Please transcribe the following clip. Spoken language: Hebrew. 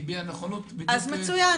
שהביע נכונות בדיוק בכיוון הזה.